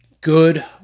good